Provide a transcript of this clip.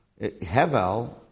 Hevel